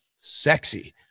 sexy